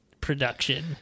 production